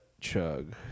chug